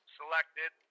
selected